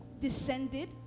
descended